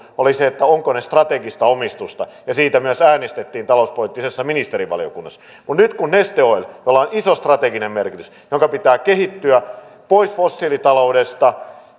oli se onko se strategista omistusta ja siitä myös äänestettiin talouspoliittisessa ministerivaliokunnassa mutta nyt neste oil jolla on iso strateginen merkitys ja jonka pitää kehittyä pois fossiilitaloudesta